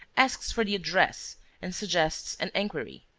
asks for the address and suggests an inquiry.